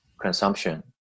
consumption